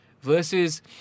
versus